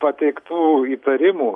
pateiktų įtarimų